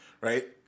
right